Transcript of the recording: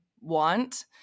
want